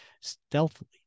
stealthily